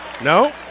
No